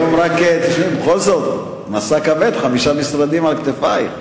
תשמעי, בכל זאת, משא כבד, חמישה משרדים על כתפייך.